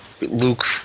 Luke